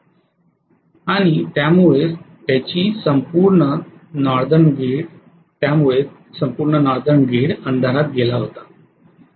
आणि त्यामुळेच त्यांनी संपूर्ण नॉर्दन ग्रिड अंधारात गेला होता